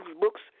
books